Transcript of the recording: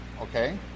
okay